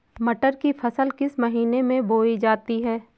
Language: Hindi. मटर की फसल किस महीने में बोई जाती है?